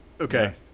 okay